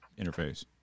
interface